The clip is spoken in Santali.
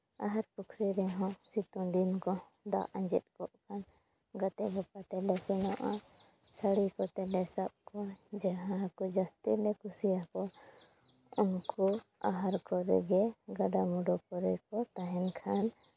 ᱟᱦᱟᱨ ᱯᱩᱠᱷᱨᱤ ᱨᱮᱦᱚᱸ ᱥᱤᱛᱩᱝ ᱫᱤᱱ ᱠᱚ ᱫᱟᱜ ᱟᱸᱡᱮᱫ ᱠᱚᱜ ᱠᱷᱟᱱ ᱜᱟᱛᱮᱼᱜᱟᱯᱟᱛᱮ ᱞᱮ ᱥᱮᱱᱚᱜᱼᱟ ᱥᱟᱹᱲᱤ ᱠᱚᱛᱮ ᱞᱮ ᱥᱟᱵ ᱠᱚᱣᱟ ᱡᱟᱦᱟᱸᱭ ᱦᱟᱹᱠᱩ ᱡᱟᱹᱥᱛᱤ ᱞᱮ ᱠᱩᱥᱤᱭᱟᱠᱚᱣᱟ ᱩᱱᱠᱩ ᱟᱦᱟᱨ ᱠᱚᱨᱮ ᱜᱮ ᱜᱟᱰᱟᱼᱢᱩᱰᱩ ᱠᱚᱨᱮ ᱠᱚ ᱛᱟᱦᱮᱱ ᱠᱷᱟᱱ